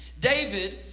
David